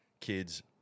kids